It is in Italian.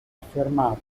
affermato